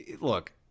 look